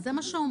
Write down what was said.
וזה מה שאומרים,